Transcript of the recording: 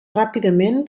ràpidament